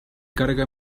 carga